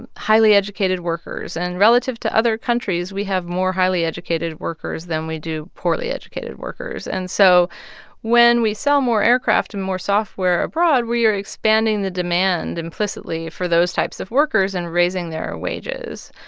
highly educated workers. and relative to other countries, we have more highly educated workers than we do poorly educated workers and so when we sell more aircraft and more software abroad, we are expanding the demand implicitly for those types of workers and raising their wages,